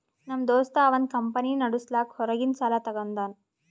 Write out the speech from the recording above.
ನಮ್ ದೋಸ್ತ ಅವಂದ್ ಕಂಪನಿ ನಡುಸ್ಲಾಕ್ ಹೊರಗಿಂದ್ ಸಾಲಾ ತಂದಾನ್